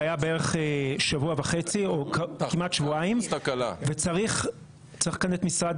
זה היה בערך שבוע וחצי-שבועיים וצריך כאן את משרד